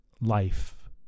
life